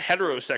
heterosexual